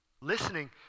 listening